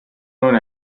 non